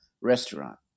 restaurant